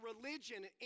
religion